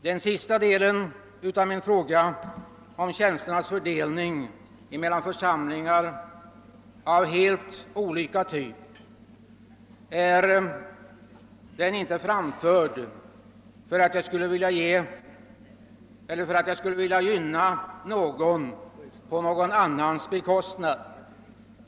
Den sista delen av min fråga, som rör tjänsternas fördelning mellan församlingar av helt olika typ, har jag inte tagit upp för att jag skulle vilja gynna någon på någon annans bekostnad.